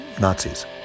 Nazis